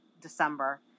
December